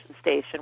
station